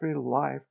life